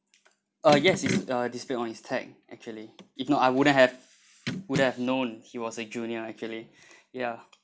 uh yes it's uh displayed on his tag actually if not I wouldn't have wouldn't have known he was a junior actually ya